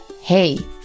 Hey